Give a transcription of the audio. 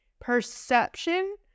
perception